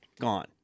gone